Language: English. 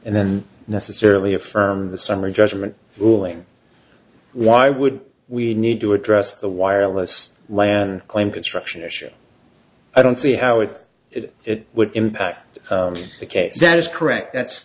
and then necessarily affirm the summary judgment ruling why would we need to address the wireless lan claim construction issue i don't see how it it would impact the case that is correct that's